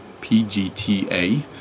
PGTA